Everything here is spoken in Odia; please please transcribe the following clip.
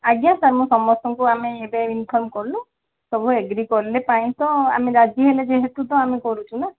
ଆଜ୍ଞା ସାର୍ ମୁଁ ସମସ୍ତଙ୍କୁ ଆମେ ଏବେ ଇନଫର୍ମ କଲୁ ସବୁ ଏଗ୍ରି କଲେ ପାଇଁ ତ ଆମେ ରାଜି ହେଲେ ଯେହେତୁ ତ ଆମେ କରୁଛୁ ନା